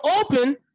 open